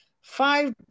five